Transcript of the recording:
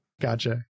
Gotcha